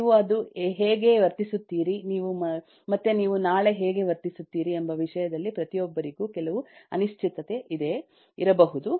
ನೀವು ಇಂದು ಹೇಗೆ ವರ್ತಿಸುತ್ತೀರಿ ಮತ್ತು ನೀವು ನಾಳೆ ಹೇಗೆ ವರ್ತಿಸುತ್ತೀರಿ ಎಂಬ ವಿಷಯದಲ್ಲಿ ಪ್ರತಿಯೊಬ್ಬರಿಗೂ ಕೆಲವು ಅನಿಶ್ಚಿತತೆ ಇರಬಹುದು